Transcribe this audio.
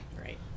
Right